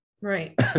right